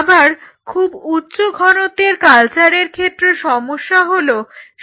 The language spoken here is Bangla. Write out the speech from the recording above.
আবার খুব উচ্চ ঘনত্বের কালচারের ক্ষেত্রে সমস্যা হলো